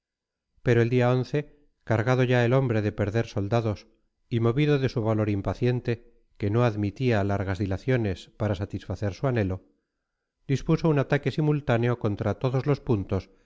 pero el día cargado ya el hombre de perder soldados y movido de su valor impaciente que no admitía largas dilaciones para satisfacer su anhelo dispuso un ataque simultáneo contra todos los puntos